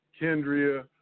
Kendria